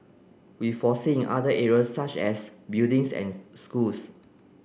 we foresee in other areas such as buildings and schools